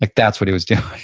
like that's what he was doing